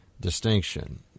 distinction